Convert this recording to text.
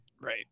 Right